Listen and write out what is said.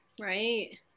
right